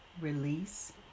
release